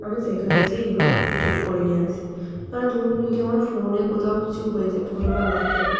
আমি সেখানে যেয়ে এগুলো ঠিক করে নিয়ে আসি মানে ধরুন যদি আমার ফোনে কোথাও কিছু হয়ে যায় ফোনে বা ল্যাপটপে